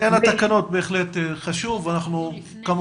עניין התקנות הוא חשוב ואנחנו בהחלט